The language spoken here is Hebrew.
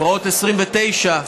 פרעות 29',